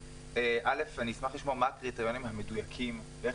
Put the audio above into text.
אשמח לשמוע מה הקריטריונים המדויקים ואיך